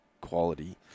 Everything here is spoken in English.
quality